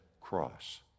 cross